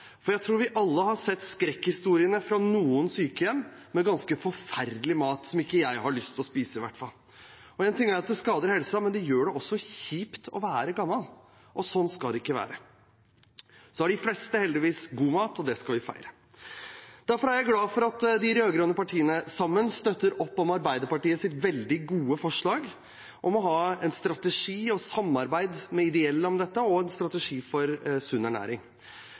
Jeg tror vi alle har sett skrekkhistoriene fra noen sykehjem med ganske forferdelig mat, som i hvert fall ikke jeg har lyst til å spise. Én ting er at det skader helsa, men det gjør det også kjipt å være gammel. Og sånn skal det ikke være. De fleste har heldigvis god mat, og det skal vi feire. Derfor er jeg glad for at de rød-grønne partiene sammen støtter opp om Arbeiderpartiets veldig gode forslag om å ha en strategi og et samarbeid med de ideelle tilbyderne om dette og en strategi for sunn ernæring.